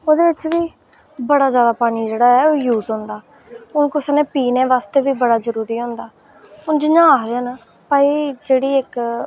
ओह्दे बिच बी बड़ा जैदा पानी जेह्ड़ा ओह् यूज होंदा हून कुसै ने पीने आस्तै बी बड़ा जरूरी होंदा हून जियां आखदे न भाई जेह्ड़ी इक